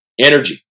energy